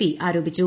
P ആരോപിച്ചു